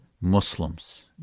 Muslims